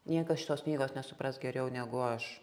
niekas šitos knygos nesupras geriau negu aš